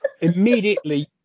Immediately